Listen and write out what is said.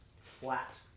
flat